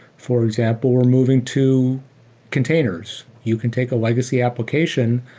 for example, we're moving to containers. you can take a legacy application,